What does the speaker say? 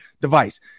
device